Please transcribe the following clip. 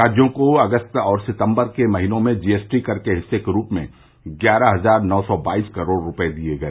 राज्यों को अगस्त और सितंबर के महीनों के जीएसटी कर के हिस्से के रूप में ग्यारह हजार नौ सौ बाईस करोड़ रुपये दिए गए